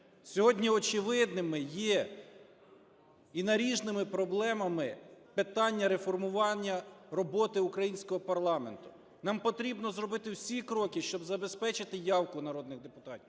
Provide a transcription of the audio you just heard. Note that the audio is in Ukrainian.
Сьогодні очевидними є і наріжними проблемами питання реформування роботи українського парламенту. Нам потрібно зробити всі кроки, щоб забезпечити явку народних депутатів.